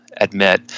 admit